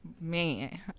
man